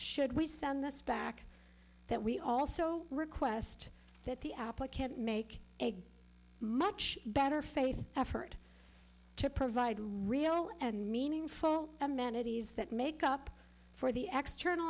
should we send this back that we also request that the applicant make a much better faith effort to provide real and meaningful amenities that make up for the ex